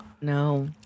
no